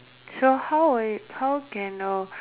so how will how can a